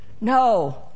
No